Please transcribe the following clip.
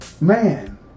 man